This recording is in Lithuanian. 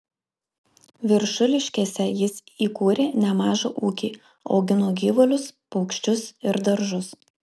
viršuliškėse jis įkūrė nemažą ūkį augino gyvulius paukščius ir daržus